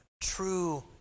true